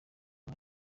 nka